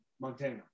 Montana